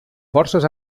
forces